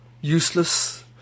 useless